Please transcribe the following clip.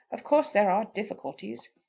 of course there are difficulties.